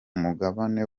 mugabane